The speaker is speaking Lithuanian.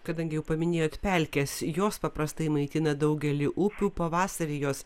kadangi jau paminėjot pelkes jos paprastai maitina daugelį upių pavasarį jos